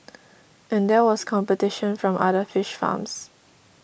and there was competition from other fish farms